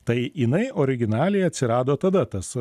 tai jinai originaliai atsirado tada tas